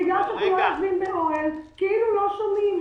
בגלל שאנחנו לא יושבים באוהל כאילו לא שומעים.